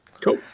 Cool